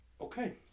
Okay